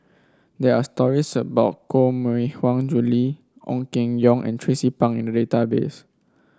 there are stories about Koh Mui Hiang Julie Ong Keng Yong and Tracie Pang in the database